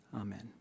Amen